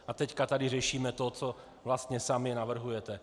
A teď tady řešíme to, co vlastně sami navrhujete.